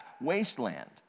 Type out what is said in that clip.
wasteland